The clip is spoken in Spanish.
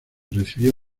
recibió